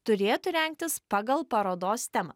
turėtų rengtis pagal parodos temą